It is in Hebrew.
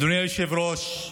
אדוני היושב-ראש,